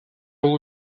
был